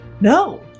No